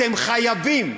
אתם חייבים,